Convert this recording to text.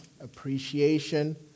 appreciation